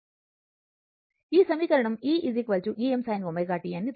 ఈ సమీకరణం e Em sin ω t అని వ్రాయవచ్చుసరియైనది